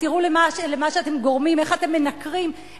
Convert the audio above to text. ותראו למה שאתם גורמים,